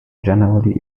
generally